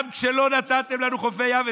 גם כשלא נתתם לנו חופי ים,